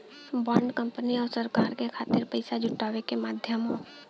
bond company आउर सरकार के खातिर पइसा जुटावे क माध्यम हौ